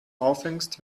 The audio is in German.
aufhängst